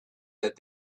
that